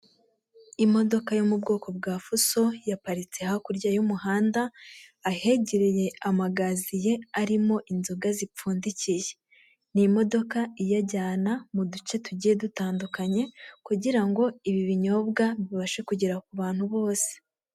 Imodoka yo mu bwoko bwa fuso, yaparitse hakurya y'umuhanda, ahegereye amagaziye arimo inzoga zipfundikiye. Ni imodoka iyajyana mu duce tugiye dutandukanye, kugira ngo ibi binyobwa bibashe kugera ku bantu bose.